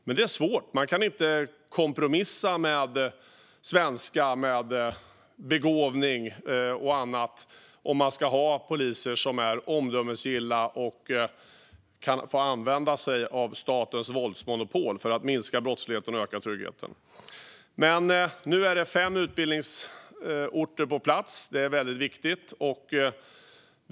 Det är dock svårt - man kan inte kompromissa med svenska, begåvning och annat om man ska ha poliser som är omdömesgilla och kan få använda sig av statens våldsmonopol för att minska brottsligheten och öka tryggheten. Nu finns fem utbildningsorter på plats, vilket är väldigt viktigt.